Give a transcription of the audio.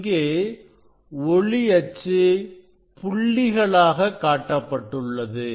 இங்கே ஒளி அச்சு புள்ளிகளாக காட்டப்பட்டுள்ளது